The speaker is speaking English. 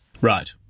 Right